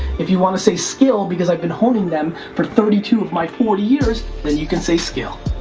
if you want to say skill, because i've been honing them for thirty two of my forty years, then you can say skill.